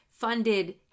funded